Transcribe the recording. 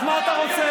אז מה אתה רוצה?